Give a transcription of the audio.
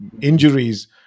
injuries